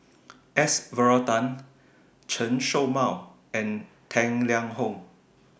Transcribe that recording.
S Varathan Chen Show Mao and Tang Liang Hong